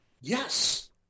yes